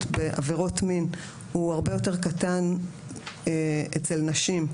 בעבירות מין הוא הרבה יותר קטן בקרב נשים,